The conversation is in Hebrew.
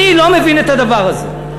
אני לא מבין את הדבר הזה.